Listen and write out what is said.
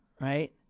right